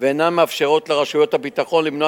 ואינן מאפשרות לרשויות הביטחון למנוע